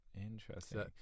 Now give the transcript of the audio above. Interesting